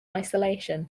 isolation